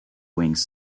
wings